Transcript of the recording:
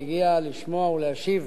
שהגיע לשמוע ולהשיב.